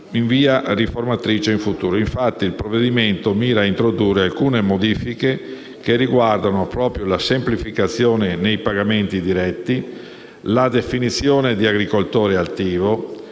in via riformatrice in futuro. Il provvedimento mira a introdurre alcune modifiche che riguardano proprio la semplificazione nei pagamenti diretti, la definizione di agricoltore attivo,